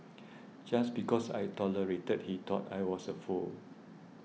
just because I tolerated he thought I was a fool